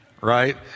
Right